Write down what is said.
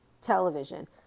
television